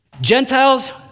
Gentiles